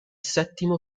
settimo